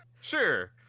Sure